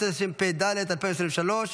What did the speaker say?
התשפ"ד 2023,